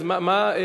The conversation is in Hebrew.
אז מה,